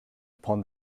upon